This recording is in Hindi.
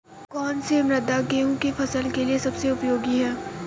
कौन सी मृदा गेहूँ की फसल के लिए सबसे उपयोगी है?